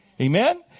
Amen